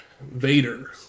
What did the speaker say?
Vader